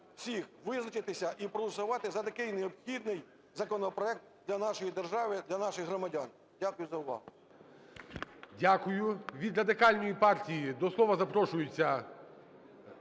всіх визначитися і проголосувати за такий необхідний законопроект для нашої держави, для наших громадян. Дякую за увагу. ГОЛОВУЮЧИЙ. Дякую. Від Радикальної партії до слова запрошується...